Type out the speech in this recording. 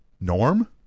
Norm